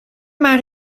maar